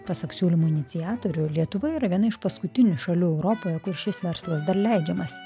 pasak siūlymo iniciatorių lietuva yra viena iš paskutinių šalių europoje kur šis verslas dar leidžiamas